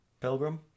pilgrim